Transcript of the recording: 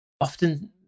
often